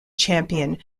champion